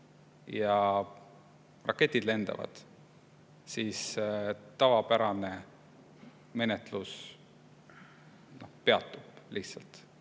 ja raketid lendavad, siis tavapärane menetlus lihtsalt